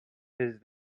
his